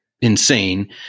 Insane